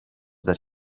that